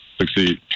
succeed